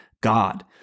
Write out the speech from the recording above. God